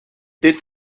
dit